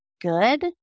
good